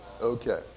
Okay